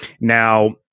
now